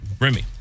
Remy